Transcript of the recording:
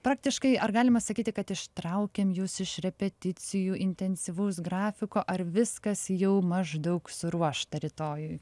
praktiškai ar galima sakyti kad ištraukėm jus iš repeticijų intensyvaus grafiko ar viskas jau maždaug suruošta rytojui